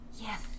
yes